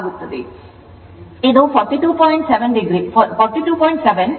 ಇದು 44